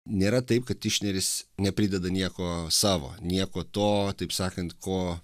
nėra taip kad tišneris neprideda nieko savo nieko to taip sakant ko